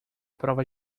prova